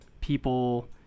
people